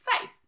faith